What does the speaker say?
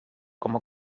como